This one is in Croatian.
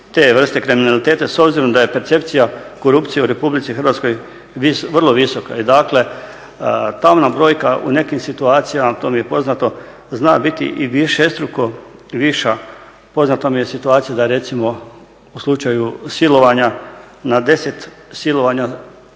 te vrste kriminaliteta s obzirom da je percepcija korupcije u Republici Hrvatskoj vrlo visoka i dakle tamna brojka u nekim situacijama, to mi je poznato zna biti i višestruko viša. Poznata mi je situacija da je recimo u slučaju silovanja na 10 silovanja